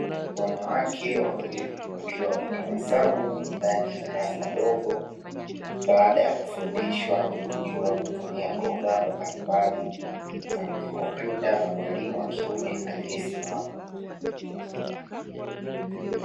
Wanawake wawili, wakiwa wametabasamu ndani ya darasa dogo, baada ya kufundishwa kujua kutumia programu mbalimbali za kwenye kompyuta na mwalimu wa kiume aliyesimama.